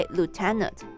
Lieutenant